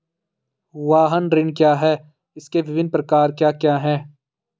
वाहन ऋण क्या है इसके विभिन्न प्रकार क्या क्या हैं?